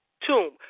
tomb